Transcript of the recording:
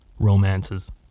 Romances